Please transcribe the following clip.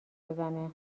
بزنه